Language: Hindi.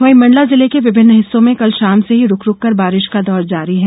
वहीं मंडला जिले के विभिन्न हिस्सों में कल शाम से ही रूक रूक कर बारिश का दौर जारी है